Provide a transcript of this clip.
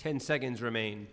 ten seconds remain